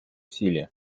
силе